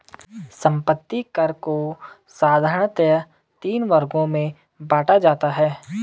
संपत्ति कर को साधारणतया तीन वर्गों में बांटा जाता है